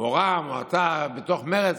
כמו רע"מ או אתה בתוך מרצ,